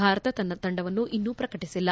ಭಾರತ ತನ್ನ ತಂಡವನ್ನು ಇನ್ನು ಪ್ರಕಟಿಸಿಲ್ಲ